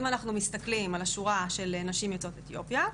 אם אנחנו מסתכלים על השורה של נשים יוצאות אתיופיה,